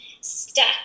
stuck